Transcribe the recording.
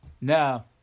Now